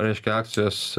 reiškia akcijos